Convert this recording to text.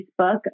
Facebook